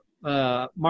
Mark